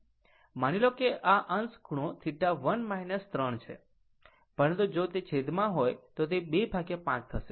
માની લો આ અંશ ખૂણો θ1 3 છે પરંતુ જો તે છેદમાં હોય તો તે 25 થશે